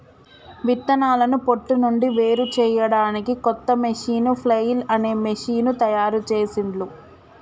విత్తనాలను పొట్టు నుండి వేరుచేయడానికి కొత్త మెషీను ఫ్లఐల్ అనే మెషీను తయారుచేసిండ్లు